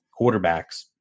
quarterbacks